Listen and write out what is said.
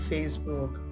Facebook